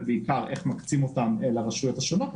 בעיקר איך מקצים אותם לרשויות השונות.